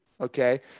Okay